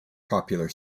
popular